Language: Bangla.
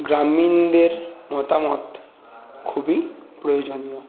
গ্রামীণদের মতামত খুবই প্রয়োজনীয়